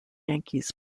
yankees